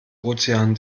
ozean